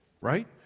Right